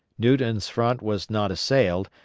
newton's front was not assailed,